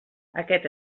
aquest